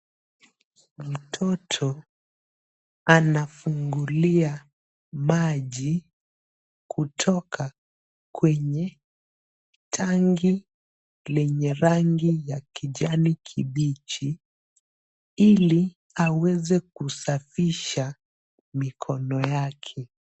Mtoto anafungulia maji kutoka kwenye tangi lenye rangi ya kijani kibichi ili aweze kusafisha mikono yake.